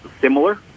similar